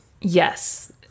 Yes